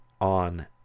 on